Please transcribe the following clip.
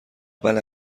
بله